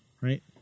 right